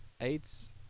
AIDS